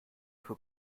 who